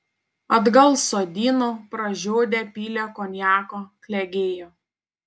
atgal sodino pražiodę pylė konjako klegėjo